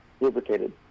lubricated